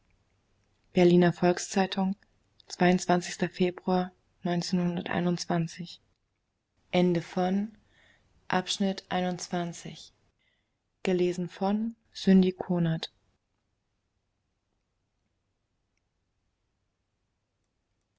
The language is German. berliner volks-zeitung februar